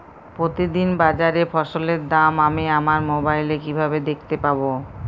প্রতিদিন বাজারে ফসলের দাম আমি আমার মোবাইলে কিভাবে দেখতে পাব?